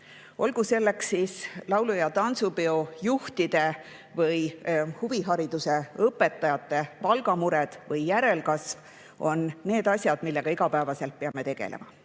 Olgu laulu- ja tantsupeojuhtide või huvihariduse õpetajate palgamured või järelkasv – need on asjad, millega me igapäevaselt peame tegelema.